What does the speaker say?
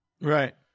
Right